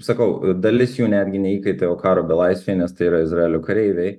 sakau dalis jų netgi ne įkaitai o karo belaisviai nes tai yra izraelio kareiviai